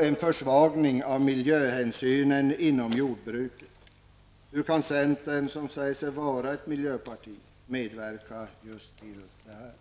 det en försvagning av miljöhänsynen inom jordbruket. Hur kan centern som säger sig vara ett miljöparti medverka till detta?